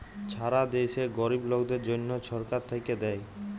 ছারা দ্যাশে গরিব লকদের জ্যনহ ছরকার থ্যাইকে দ্যায়